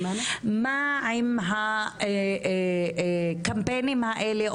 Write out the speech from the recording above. האם הקמפיינים האלה,